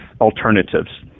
alternatives